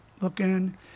looking